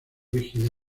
rigidez